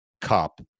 cup